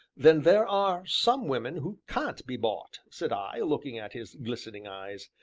then there are some women who can't be bought? said i, looking at his glistening eyes.